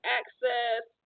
access